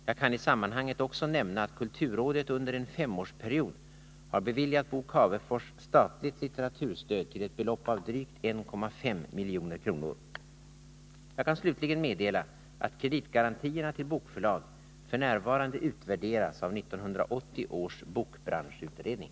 Jag kan i sammanhanget också nämna att kulturrådet under en femårsperiod har beviljat Bo Cavefors statligt litteraturstöd till ett belopp av drygt 1,5 milj.kr. Jag kan slutligen meddela att kreditgarantierna till bokförlag f.n. utvärderas av 1980 års bokbranschutredning.